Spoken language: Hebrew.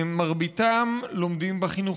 מרביתם לומדים בחינוך